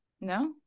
No